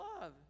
love